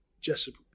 Jessica